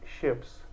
ships